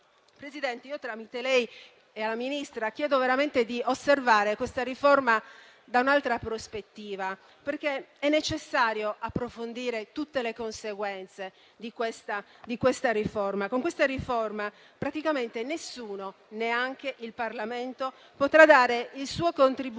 Presidente, tramite lei e la Ministra, chiedo veramente di osservare questa riforma da un'altra prospettiva, perché è necessario approfondire tutte le sue conseguenze. Con essa praticamente nessuno, neanche il Parlamento, potrà dare il suo contributo